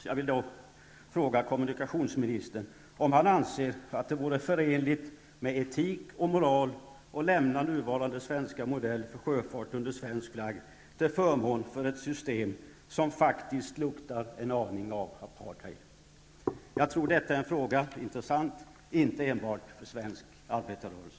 Jag vill fråga kommunikationsministern om han anser att det vore förenligt med etik och moral att lämna nuvarande svenska modell för sjöfart under svensk flagg till förmån för ett system som faktiskt luktar en aning av apartheid. Jag tror att detta är en fråga som är intressant inte enbart för svensk arbetarrörelse.